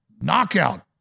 Knockout